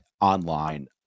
online